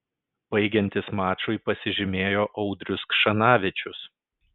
baigiantis mačui pasižymėjo audrius kšanavičius